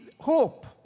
hope